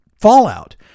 Fallout